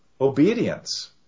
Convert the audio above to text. obedience